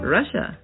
Russia